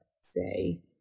say